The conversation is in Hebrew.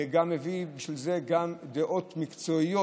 ומביא בשביל זה גם דעות מקצועיות,